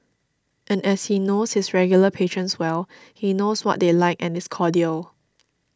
and as he knows his regular patrons well he knows what they like and is cordial